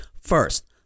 First